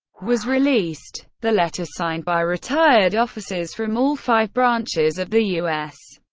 was released. the letter, signed by retired officers from all five branches of the u s.